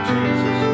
Jesus